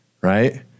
Right